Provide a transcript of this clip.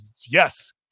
yes